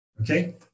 Okay